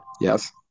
yes